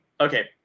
okay